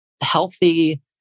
healthy